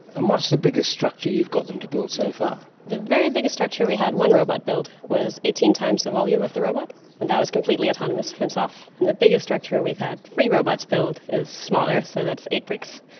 and what's the biggest structure you've got them to build so far? the very biggest structure we had one robot build was eighteen times the volume of the robot, and that was completely autonomous, hands off. the biggest structure we've had three robots build is smaller, so that's eight bricks,